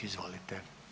Izvolite.